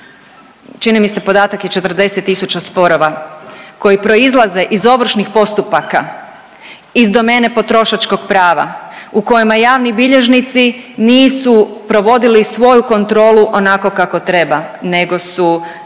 čini mi se podatak je 40000 sporova koji proizlaze iz ovršnih postupaka, iz domene potrošačkog prava u kojima javni bilježnici nisu provodili svoju kontrolu onako kako treba, nego su naprosto